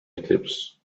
eclipse